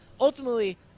ultimately